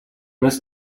нас